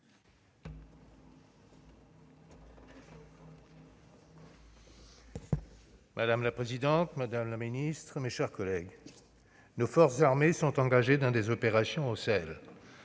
Madame la présidente, madame la ministre, mes chers collègues, nos forces armées sont engagées dans des opérations au